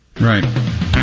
right